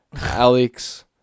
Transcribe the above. Alex